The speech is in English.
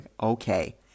okay